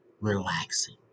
relaxing